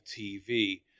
TV